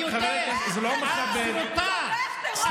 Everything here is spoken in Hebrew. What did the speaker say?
דווקא בתקופה הזאת,